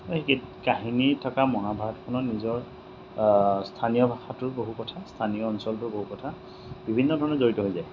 এই কাহিনী থকা মহাভাৰতখনত নিজৰ স্থানীয় ভাষাটোৰ বহু কথা স্থানীয় অঞ্চলটোৰ বহু কথা বিভিন্ন ধৰণে জড়িত হৈ যায়